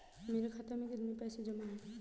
मेरे खाता में कितनी पैसे जमा हैं?